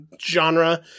genre